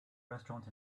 restaurant